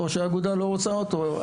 או שהאגודה לא רוצה אותו.